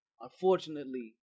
Unfortunately